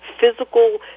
physical